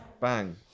Bang